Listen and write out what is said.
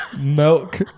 Milk